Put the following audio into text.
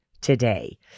today